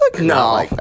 no